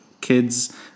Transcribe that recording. kids